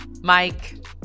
Mike